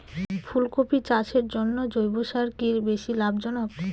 ফুলকপি চাষের জন্য জৈব সার কি বেশী লাভজনক?